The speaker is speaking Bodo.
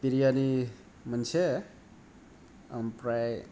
बिरियानि मोनसे ओमफ्राय